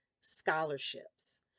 scholarships